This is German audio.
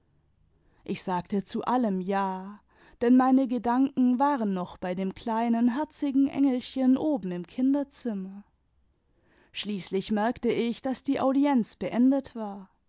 ich sagte zu allem ja denn meine gedanken waren noch bei dem kleinen herzigen engelchen oben im kinderzimmer schließlich merkte ich daß die audienz beendet war